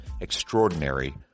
extraordinary